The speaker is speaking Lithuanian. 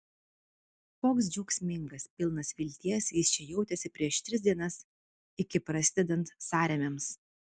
koks džiaugsmingas pilnas vilties jis čia jautėsi prieš tris dienas iki prasidedant sąrėmiams